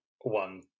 one